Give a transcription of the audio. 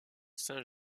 saint